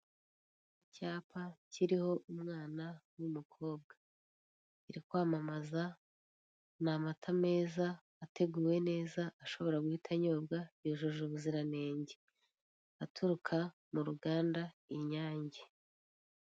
Icyapa kiriho umwana w'umukobwa iri kwamamaza ni amata meza ateguwe neza ashobora guhita anyobwa yujuje ubuziranenge aturuka mu ruganda inyange.